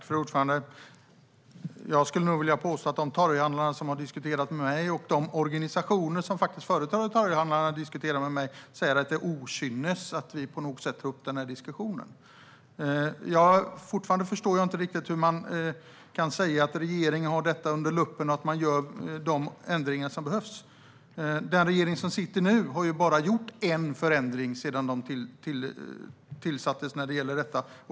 Fru talman! Jag skulle vilja påstå att de torghandlare och de organisationer som företräder torghandlarna som har diskuterat med mig säger att det är okynnesaktigt att vi tar upp den här diskussionen. Jag förstår fortfarande inte riktigt hur man kan säga att regeringen har det här under luppen och gör de ändringar som behövs. Den regering som sitter nu har bara gjort en förändring när det gäller detta sedan den tillträdde.